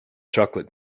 chocolate